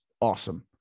awesome